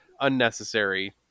unnecessary